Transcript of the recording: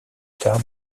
tard